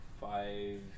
five